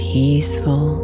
peaceful